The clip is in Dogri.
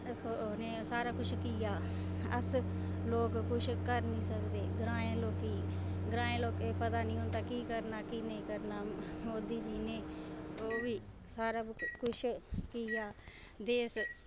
उनें सारा कुछ कीता अस लोक कुछ करी नीं सकदे ग्राएं दे लोकें गी ग्राएं दे लोकें गी पतां नीं होंदा केह् करना केह् नेईं मोदी जी नै सारा कुछ किया देश